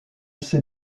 ses